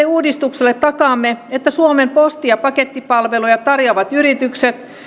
uudistukselle takaamme että suomen posti ja pakettipalveluja tarjoavat yritykset